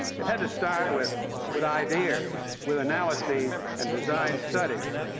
it had to start with with ideas, with analyses and design studies.